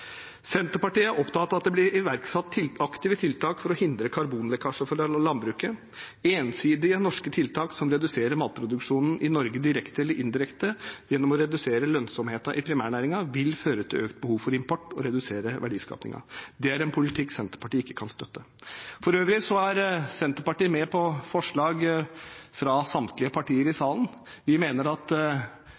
Senterpartiet er opptatt av at det blir iverksatt aktive tiltak for å hindre karbonlekkasje fra landbruket. Ensidige norske tiltak som reduserer matproduksjonen i Norge direkte eller indirekte gjennom å redusere lønnsomheten i primærnæringen, vil føre til økt behov for import og redusere verdiskapingen. Det er en politikk Senterpartiet ikke kan støtte. For øvrig er Senterpartiet med på forslag fra samtlige partier i salen. Vi mener at